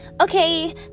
Okay